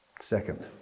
Second